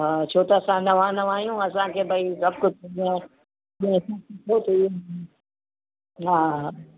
हा छो त असां नवां नवां आहियूं असांखे भाई डपु थींदो आहे हा हा